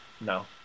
no